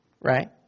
right